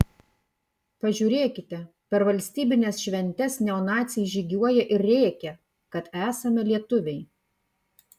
pažiūrėkite per valstybines šventes neonaciai žygiuoja ir rėkia kad esame lietuviai